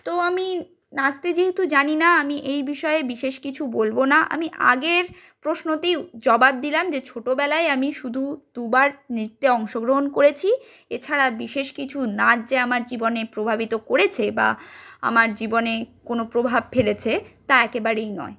তো আমি নাচতে যেহেতু জানিনা আমি এই বিষয়ে বিশেষ কিছু বলবো না আমি আগের প্রশ্নতেই জবাব দিলাম যে ছোটোবেলায় আমি শুধু দুবার নৃত্যে অংশগ্রহণ করেছি এছাড়া বিশেষ কিছু নাচ যে আমার জীবনে প্রভাবিত করেছে বা আমার জীবনে কোনো প্রভাব ফেলেছে তা একেবারেই নয়